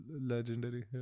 legendary